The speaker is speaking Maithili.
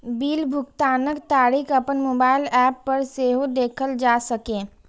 बिल भुगतानक तारीख अपन मोबाइल एप पर सेहो देखल जा सकैए